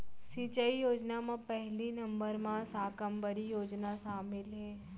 सिंचई योजना म पहिली नंबर म साकम्बरी योजना सामिल हे